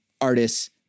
artists